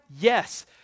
yes